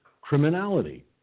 criminality